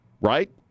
right